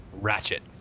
Ratchet